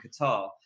Qatar